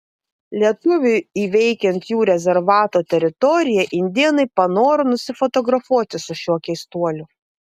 lietuviui įveikiant jų rezervato teritoriją indėnai panoro nusifotografuoti su šiuo keistuoliu